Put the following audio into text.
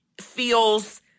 feels